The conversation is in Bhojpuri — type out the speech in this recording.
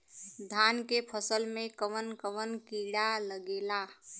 धान के फसल मे कवन कवन कीड़ा लागेला?